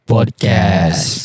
Podcast